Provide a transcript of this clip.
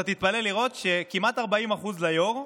אתה תתפלא לראות שכמעט 40% ליו"ר,